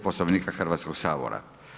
Poslovnika Hrvatskog sabora.